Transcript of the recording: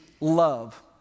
love